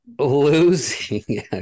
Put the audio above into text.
losing